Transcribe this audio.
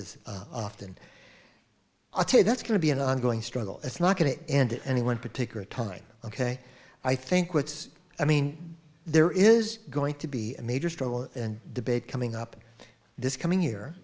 is often i'll tell you that's going to be an ongoing struggle it's not going to end any one particular time ok i think what's i mean there is going to be a major struggle and debate coming up this coming